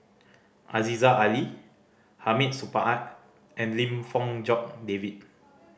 Aziza Ali Hamid Supaat and Lim Fong Jock David